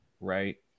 right